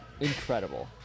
Incredible